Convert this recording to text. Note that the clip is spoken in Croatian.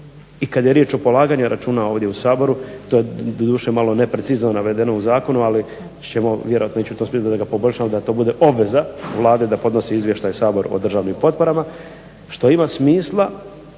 I kad je riječ o polaganju računa ovdje u Saboru, to je doduše malo neprecizno navedeno u zakonu, ali ćemo vjerojatno ići u tom smislu da ga poboljšamo, da to bude obveza Vlade da podnosi izvještaj Saboru o državnim potporama što ima smisla